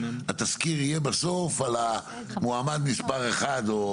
התסקיר יהיה בסוף על המועמד מס' 1 או